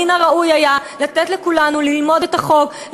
מן הראוי היה לתת לכולנו ללמוד את החוק,